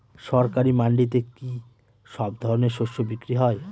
সরকারি মান্ডিতে কি সব ধরনের শস্য বিক্রি হয়?